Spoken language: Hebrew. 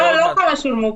לא כמה שולמו.